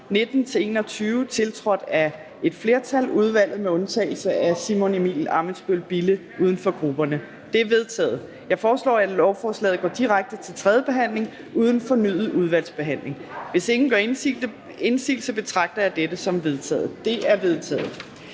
19-21, tiltrådt af et flertal (udvalget med undtagelse af Simon Emil Ammitzbøll-Bille (UFG))? De er vedtaget. Jeg foreslår, at lovforslaget går direkte til tredje behandling uden fornyet udvalgsbehandling. Hvis ingen gør indsigelse, betragter jeg det som vedtaget. Det er vedtaget.